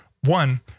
One